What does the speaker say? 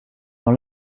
dans